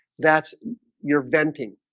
that's you're venting.